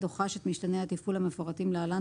או חש את משתני התפעול המפורטים להלן,